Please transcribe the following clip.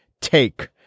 take